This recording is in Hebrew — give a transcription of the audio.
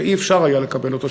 שאי-אפשר היה לקבל אותו,